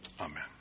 Amen